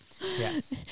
Yes